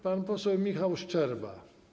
Pan poseł Michał Szczerba.